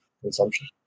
consumption